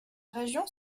région